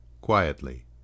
quietly